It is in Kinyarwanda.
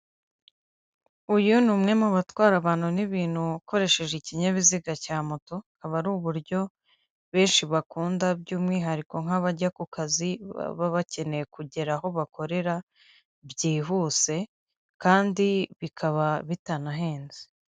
Uyu ni umwe mu batwara abantu n'ibintu akoresheje ikinyabiziga cya moto, akaba ari uburyo benshi bakunda by'umwihariko nk'abajya ku kazi, baba bakeneye kugera aho bakorera byihuse, kandi bikaba bitanahenze.